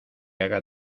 haga